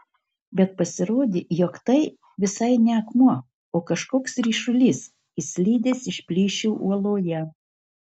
bet pasirodė jog tai visai ne akmuo o kažkoks ryšulys išslydęs iš plyšio uoloje